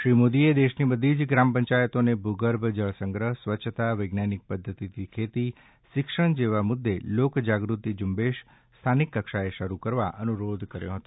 શ્રી મોદીએ દેશની બધી જ ગ્રામપંચાયતોને ભૂગર્ભ જળસંગ્રહ સ્વચ્છતા વૈજ્ઞાનિક પદ્ધતિથી ખેતી શિક્ષણ જેવા મુદ્દે લોકજાગૃતિ ઝુંબેશ સ્થાનિક કક્ષાએ શરૂ કરવા અનુરોધ કર્યો હતો